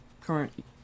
current